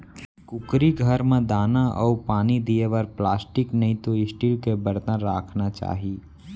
कुकरी घर म दाना अउ पानी दिये बर प्लास्टिक नइतो स्टील के बरतन राखना चाही